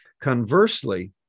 Conversely